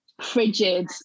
frigid